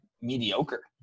mediocre